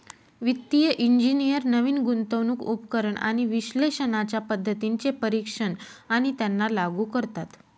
वित्तिय इंजिनियर नवीन गुंतवणूक उपकरण आणि विश्लेषणाच्या पद्धतींचे परीक्षण आणि त्यांना लागू करतात